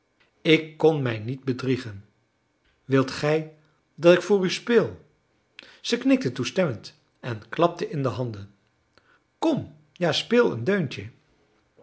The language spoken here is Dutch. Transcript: ik kon mij niet bedriegen wilt gij dat ik voor u speel zij knikte toestemmend en klapte in de handen kom ja speel een deuntje